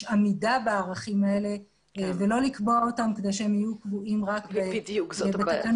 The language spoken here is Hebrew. עמידה בערכים האלה ולא לקבוע אותם כדי שהם יהיו קבועים רק בתקנות.